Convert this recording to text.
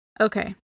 Okay